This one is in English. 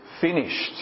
finished